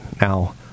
Now